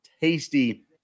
tasty